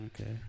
Okay